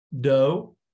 doe